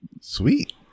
Sweet